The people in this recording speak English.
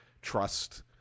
trust